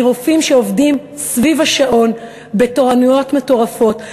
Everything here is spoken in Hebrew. מרופאים שעובדים סביב השעון בתורנויות מטורפות?